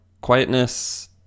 quietness